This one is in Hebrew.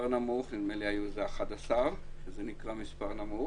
נמוך כאשר נדמה לי היו 11 שזה נקרא מספר נמוך,